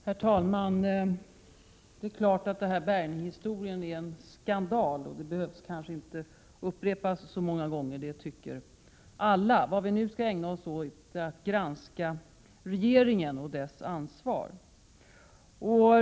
Herr talman! Det är klart att Berglinghistorien är en skandal, det tycker alla. Det kanske inte behöver upprepas så många gånger. Vad vi nu skall ägna oss åt är att granska regeringen och dess ansvar.